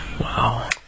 Wow